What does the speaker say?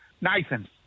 Nathan